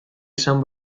esan